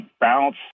bounce